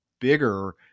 bigger